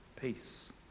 peace